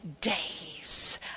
days